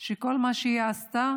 שכל מה שהיא עשתה